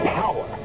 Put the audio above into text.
power